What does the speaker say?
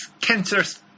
cancer's